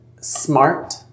smart